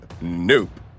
nope